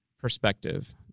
perspective